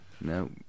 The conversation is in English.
No